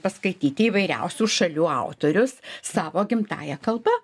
paskaityti įvairiausių šalių autorius savo gimtąja kalba